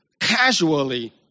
casually